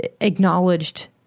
acknowledged